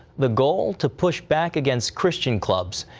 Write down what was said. the goal to push back against christian clubs.